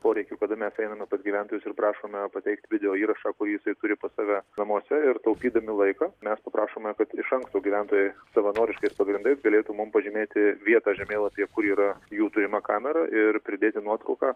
poreikiu kada mes einame pas gyventojus ir prašome pateikt videoįrašą kurį jisai turi po save namuose ir taupydami laiką mes paprašome kad iš anksto gyventojai savanoriškais pagrindais galėtų mum pažymėti vietą žemėlapyje kur yra jų turima kamerą ir pridėti nuotrauką